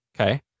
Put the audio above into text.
Okay